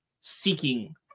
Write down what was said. seeking